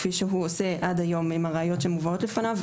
כפי שהוא עושה עד היום עם הראיות שמובאות בפניו,